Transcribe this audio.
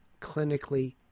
clinically